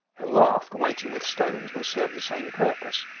a raft weighted with stones will serve the same purpose.